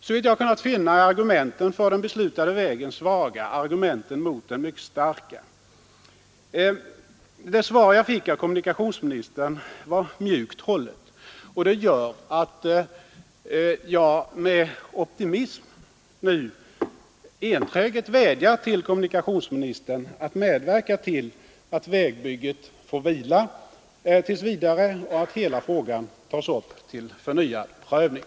Såvitt jag kunnat finna är argumenten för den beslutade vägen svaga och argumenten mot den mycket starka. Det svar jag fick av kommunikationsministern var mjukt hållet och det gör att jag med optimism enträget vädjar till kommunikationsministern att medverka till att vägbygget tills vidare får vila och att hela frågan tas upp till förnyad prövning.